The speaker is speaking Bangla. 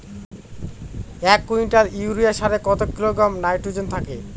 এক কুইন্টাল ইউরিয়া সারে কত কিলোগ্রাম নাইট্রোজেন থাকে?